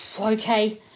Okay